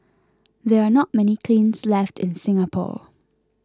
there are not many kilns left in Singapore